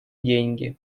деньги